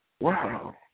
Wow